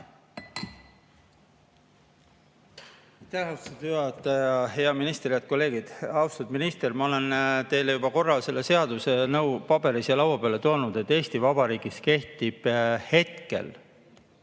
austatud juhataja! Hea minister! Head kolleegid! Austatud minister, ma olen teile juba korra selle seaduse paberil siia laua peale toonud, et Eesti Vabariigis kehtib hetkel